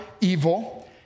evil